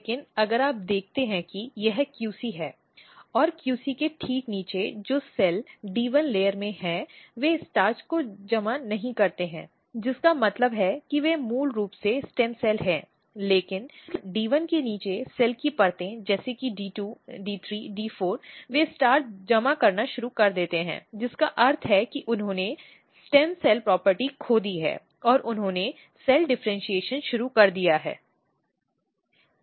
लेकिन अगर आप देखते हैं कि यह QC है और QC के ठीक नीचे जो सेल डी 1 लेयर में है वे स्टार्च को जमा नहीं करते हैं जिसका मतलब है कि वे मूल रूप से स्टेम सेल हैं लेकिन D1 के नीचे सेल की परतें जैसे डी 2 डी 3 डी 4 वे स्टार्च जमा करना शुरू कर देते हैं जिसका अर्थ है कि उन्होंने स्टेम सेल प्रॉपर्टी खो दी है और उन्होंने सेल डिफ़र्इन्शीएशन शुरू कर दिया है